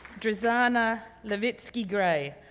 drisana levitzke gray,